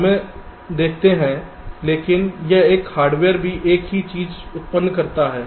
हमें देखते हैं लेकिन क्या यह हार्डवेयर भी एक ही चीज़ उत्पन्न करता है